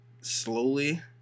slowly